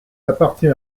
appartient